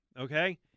okay